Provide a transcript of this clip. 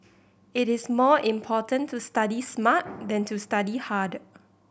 it is more important to study smart than to study hard